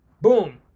Boom